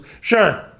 Sure